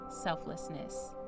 selflessness